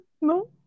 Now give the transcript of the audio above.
No